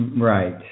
right